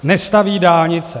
Nestaví dálnice.